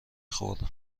خوردم